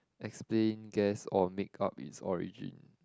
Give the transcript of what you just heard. explain guess or make-up it's origin